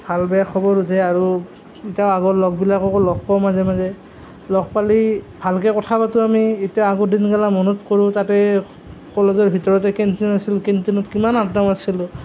ভাল বেয়া খবৰ শুধে আৰু এতিয়াও আগৰ লগবিলাককো লগ পাওঁ মাজে মাজে লগ পালে ভালকৈ কথা পাতো আমি আগৰ দিনবিলাক মনত কৰোঁ তাতে কলেজৰ ভিতৰতে কেণ্টিন আছিল কেণ্টিনত কিমান আদ্দা মাৰিছিলোঁ